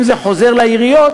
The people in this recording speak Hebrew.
אם זה חוזר לעיריות,